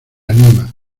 anima